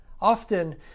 Often